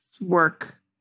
work